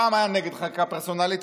פעם היה נגד חקיקה פרסונלית,